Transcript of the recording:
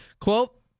quote